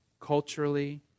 Culturally